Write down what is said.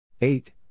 eight